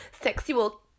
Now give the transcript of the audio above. sexual